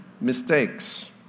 mistakes